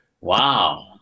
wow